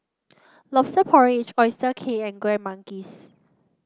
Lobster Porridge Oyster Cake and Kueh Manggis